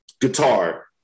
guitar